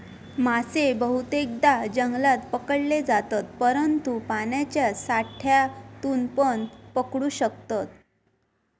मासे बहुतेकदां जंगलात पकडले जातत, परंतु पाण्याच्या साठ्यातूनपण पकडू शकतत